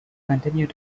continued